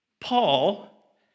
Paul